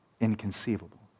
Inconceivable